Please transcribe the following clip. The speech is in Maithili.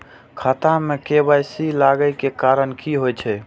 खाता मे के.वाई.सी लागै के कारण की होय छै?